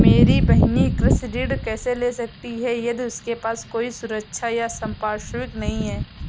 मेरी बहिन कृषि ऋण कैसे ले सकती है यदि उसके पास कोई सुरक्षा या संपार्श्विक नहीं है?